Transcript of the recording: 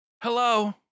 Hello